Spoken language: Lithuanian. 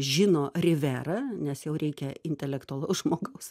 žino rivjera nes jau reikia intelektualaus žmogaus